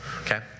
Okay